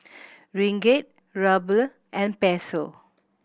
Ringgit Ruble and Peso